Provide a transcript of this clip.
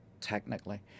technically